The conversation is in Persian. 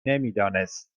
نمیدانست